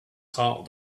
heart